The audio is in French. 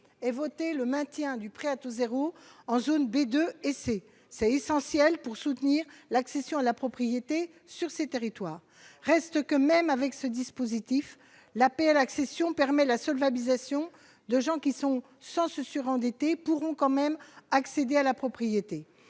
et voté le maintien du prêt à taux 0 en zone B2 et C, c'est essentiel pour soutenir l'accession à la propriété sur ces territoires, reste que même avec ce dispositif, l'APL accession permet la solvabilisation de gens qui sont sans se surendetter pourront quand même accéder à la propriété